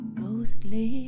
ghostly